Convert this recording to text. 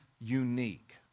unique